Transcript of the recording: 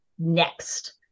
next